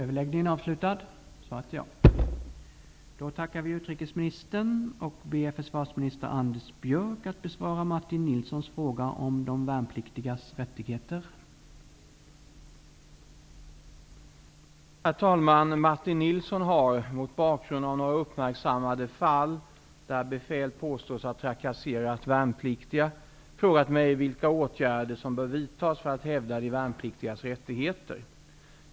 Herr talman! Martin Nilsson har -- mot bakgrund av några uppmärksammade fall där befäl påstås ha trakasserat värnpliktiga -- frågat mig vilka åtgärder som bör vidtas för att hävda de värnpliktigas rättigheter.